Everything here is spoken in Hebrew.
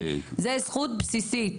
זה זכות בסיסית.